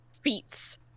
Feats